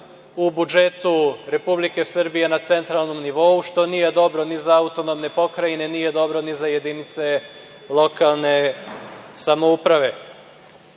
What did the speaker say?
u budžetu Republike Srbije na centralnom nivou, što nije dobro ni za autonomne pokrajine, a nije dobro ni za jedinice lokalne samouprave. Rekli